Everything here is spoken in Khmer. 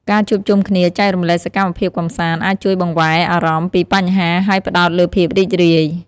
ការជួបជុំគ្នា ចែករំលែកសកម្មភាពកម្សាន្ត អាចជួយបង្វែរអារម្មណ៍ពីបញ្ហា ហើយផ្តោតលើភាពរីករាយ។